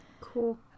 Cool